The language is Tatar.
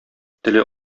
теле